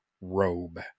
robe